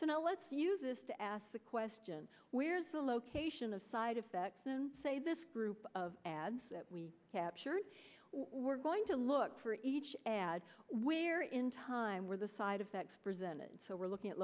so now let's use this to ask the question where is the location of side effects and say this group of ads that we capture we're going to look for each add where in time where the side effects presented so we're looking at